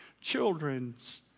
children's